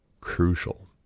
crucial